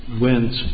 went